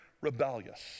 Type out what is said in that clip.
rebellious